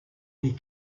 des